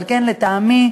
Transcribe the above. על כן, לטעמי,